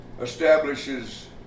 establishes